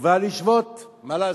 מצווה לשבות, מה לעשות,